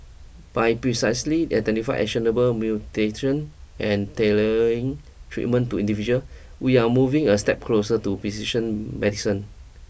by precisely identify actionable mutation and tailoring treatments to individual we are moving a step closer to precision medicine